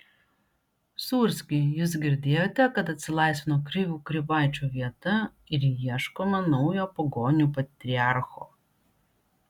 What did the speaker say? sūrski jūs girdėjote kad atsilaisvino krivių krivaičio vieta ir ieškoma naujo pagonių patriarcho